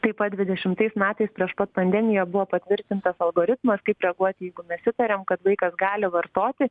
taip pat dvidešimtais metais prieš pat pandemiją buvo patvirtintas algoritmas kaip reaguot jeigu mes įtariam kad vaikas gali vartoti